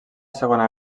segona